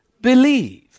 believe